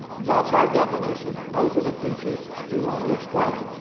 that's our definition those are the features we want to explain.